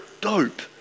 dope